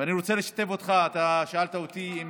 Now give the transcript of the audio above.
ואני רוצה לשתף אותך, אתה שאלת אותי אם,